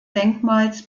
denkmals